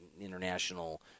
international